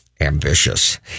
ambitious